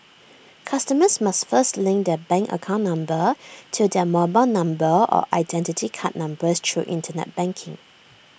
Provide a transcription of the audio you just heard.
customers must first link their bank account number to their mobile number or Identity Card numbers through Internet banking